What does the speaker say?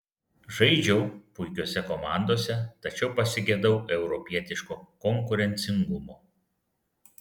žaidžiau puikiose komandose tačiau pasigedau europietiško konkurencingumo